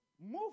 move